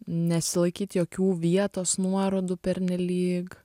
nesilaikyt jokių vietos nuorodų pernelyg